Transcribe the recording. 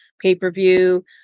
pay-per-view